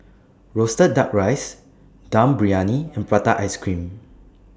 Roasted Duck Rice Dum Briyani and Prata Ice Cream